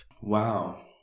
wow